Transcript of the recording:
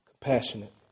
compassionate